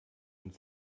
und